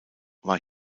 war